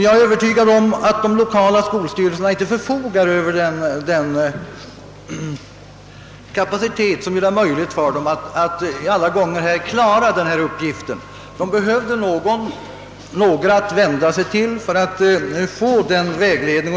Jag är övertygad om att man i de lokala skolstyrelserna inte alla gånger har den kapacitet som behövs för att klara de uppgifterna. Man behöver någon att vända sig till för att få vägledning.